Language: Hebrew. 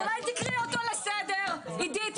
אז אולי תקראי אותו לסדר, עידית?